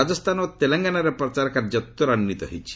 ରାଜସ୍ଥାନ ଓ ତେଲଙ୍ଗାନାରେ ପ୍ରଚାର କାର୍ଯ୍ୟ ତ୍ୱରାନ୍ୱିତ ହୋଇଛି